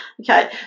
Okay